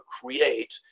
create